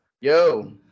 Yo